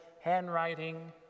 handwriting